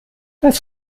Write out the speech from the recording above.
das